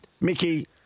Mickey